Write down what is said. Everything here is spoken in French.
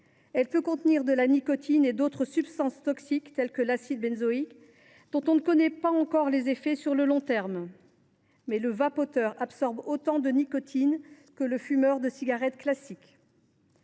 Elle peut contenir de la nicotine et d’autres substances toxiques, tel l’acide benzoïque, dont on ne connaît pas encore les effets sur le long terme. Et le vapoteur d’une puff avec nicotine en absorbe autant que le fumeur de cigarettes classiques…